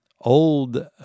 old